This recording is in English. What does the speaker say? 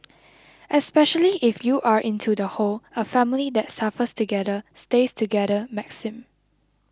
especially if you are into the whole a family that suffers together stays together maxim